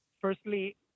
firstly